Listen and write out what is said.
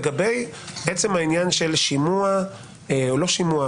לגבי עצם העניין של שימוע או לא שימוע,